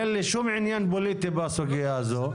אין לי שום עניין פוליטי בסוגיה הזו,